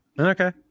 Okay